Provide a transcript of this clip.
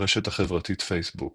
ברשת החברתית פייסבוק